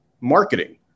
marketing